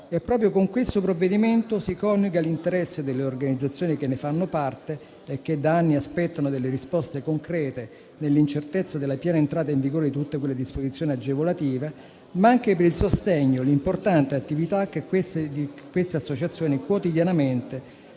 Proprio con questo provvedimento si coniuga l'interesse delle organizzazioni che ne fanno parte e che da anni aspettano delle risposte concrete nell'incertezza della piena entrata in vigore di tutte quelle disposizioni agevolative, ma anche per il sostegno alle importanti attività che queste associazioni quotidianamente